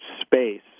space